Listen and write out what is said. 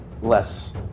less